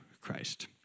Christ